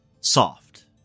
soft